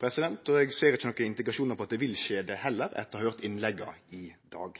og eg ser heller ikkje nokon indikasjonar på at det vil skje noko, etter å ha høyrt innlegga i dag.